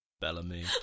Bellamy